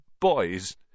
Boys